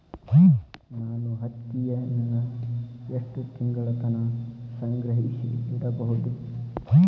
ನಾನು ಹತ್ತಿಯನ್ನ ಎಷ್ಟು ತಿಂಗಳತನ ಸಂಗ್ರಹಿಸಿಡಬಹುದು?